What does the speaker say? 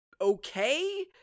okay